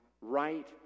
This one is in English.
right